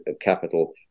capital